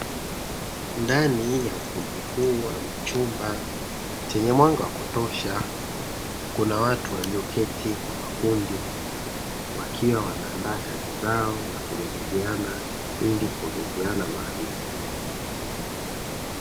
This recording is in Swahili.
Ndani ya ukumbi huu ama chumba chenye mwanga wa kutosha kuna watu walioketi kwa makundi wakiwa wanaandaa kazi zao na kujadiliana ili kuongezeana maarifa.